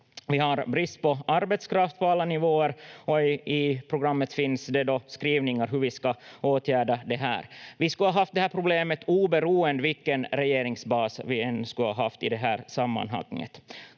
Vi har brist på arbetskraft på alla nivåer, och i programmet finns det skrivningar om hur vi ska åtgärda det här. Vi skulle ha haft det här problemet oberoende vilken regeringsbas vi än skulle ha haft i det här sammanhanget.